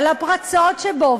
על הפרצות שבו,